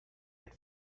and